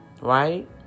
right